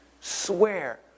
swear